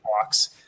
blocks